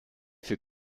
für